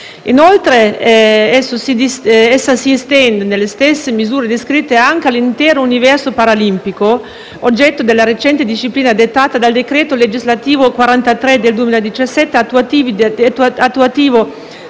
Inoltre, essa si estende nelle stesse misure descritte anche all'intero universo paralimpico, oggetto della recente disciplina dettata dal decreto legislativo n. 43 del 2017, attuativo